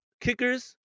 Kickers